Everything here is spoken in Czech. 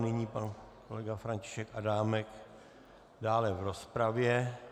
Nyní pan kolega František Adámek dále v rozpravě.